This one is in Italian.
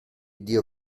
dio